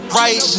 right